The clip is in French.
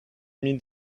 mille